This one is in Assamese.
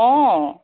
অ